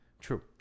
True